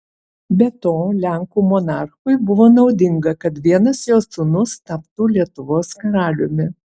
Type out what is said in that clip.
be to lenkų monarchui buvo naudinga kad vienas jo sūnus taptų lietuvos karaliumi